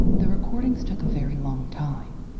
the recordings took a very long time.